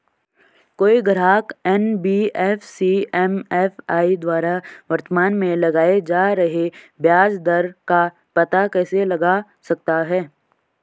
कोई ग्राहक NBFC MFI द्वारा वर्तमान में लगाए जा रहे ब्याज दर का पता कैसे लगा सकता है?